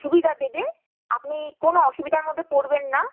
সুবিধা দেবে আপনি কোনও অসুবিধার মধ্যে পড়বেন না